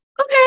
Okay